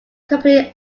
company